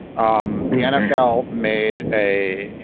um the nfl made a.